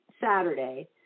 Saturday